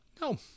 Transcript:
No